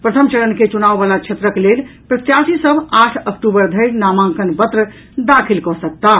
प्रथम चरण के चुनाव वला क्षेत्रक लेल प्रत्याशी सभ आठ अक्टूबर धरि नामांकन पत्र दाखिल कऽ सकताह